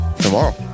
Tomorrow